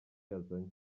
yazanye